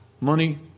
Money